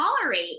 tolerate